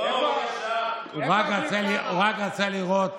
הוא רק רצה לראות,